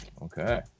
Okay